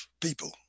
people